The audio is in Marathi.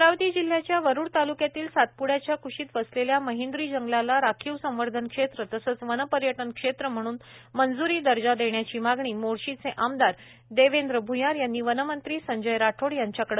अमरावती जिल्ह्याच्या वरुड ताल्क्यातील सातप्ड्याच्या क्शीत वसलेल्या महेंद्री जंगलाला राखीव संवर्धन क्षेत्र तसंच वनपर्यटन क्षेत्र म्हणून मंज्री दर्जा देण्याची मागणी मोर्शीचे आमदार देवेंद्र भ्यार यांनी वनमंत्री संजय राठोड यांच्याकडे केली आहे